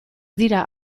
dira